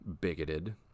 bigoted